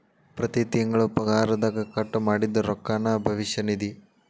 ಪ್ರತಿ ತಿಂಗಳು ಪಗಾರದಗ ಕಟ್ ಮಾಡಿದ್ದ ರೊಕ್ಕಾನ ಭವಿಷ್ಯ ನಿಧಿ